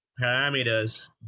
parameters